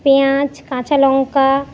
পেঁয়াজ কাঁচালঙ্কা